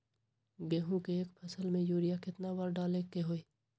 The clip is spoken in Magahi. गेंहू के एक फसल में यूरिया केतना बार डाले के होई?